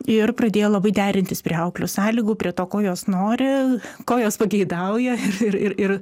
ir pradėjo labai derintis prie auklių sąlygų prie to ko jos nori ko jos pageidauja ir ir ir